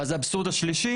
ואז האבסורד השלישי